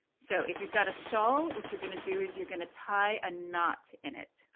so if you've got a shawl, which you're going to do is you're going to tie a knot in it,